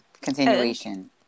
Continuation